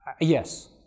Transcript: Yes